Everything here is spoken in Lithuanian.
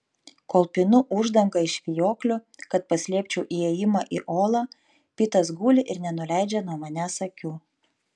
kol pinu uždangą iš vijoklių kad paslėpčiau įėjimą į olą pitas guli ir nenuleidžia nuo manęs akių